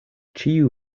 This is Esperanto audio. ĉiu